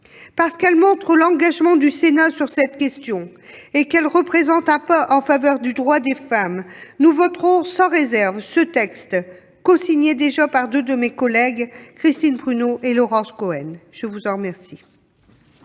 Parce qu'il montre l'engagement du Sénat sur cette question et qu'il représente un pas en faveur du droit des femmes, nous voterons sans réserve ce texte, cosigné déjà par deux de mes collègues, Christine Prunaud et Laurence Cohen. La parole est